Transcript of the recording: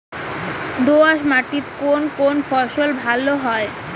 দোঁয়াশ মাটিতে কোন কোন ফসল ভালো হয়?